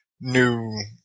new